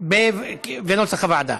כנוסח הוועדה.